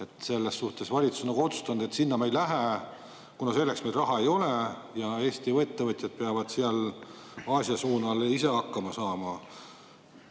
Selles suhtes on valitsus otsustanud, et sinna me ei lähe, kuna selleks meil raha ei ole. Eesti ettevõtjad peavad Aasia suunal ise hakkama saama.